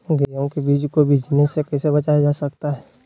गेंहू के बीज को बिझने से कैसे बचाया जा सकता है?